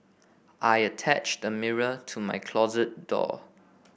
I attached a mirror to my closet door